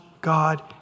God